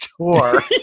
tour